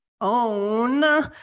own